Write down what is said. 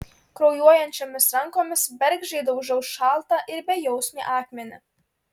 kraujuojančiomis rankomis bergždžiai daužau šaltą ir bejausmį akmenį